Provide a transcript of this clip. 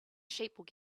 sheep